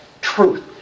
truth